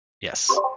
Yes